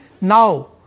now